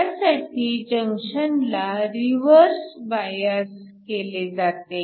त्यासाठी जंक्शनला reverse bias केले जाते